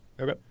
Okay